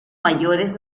mayores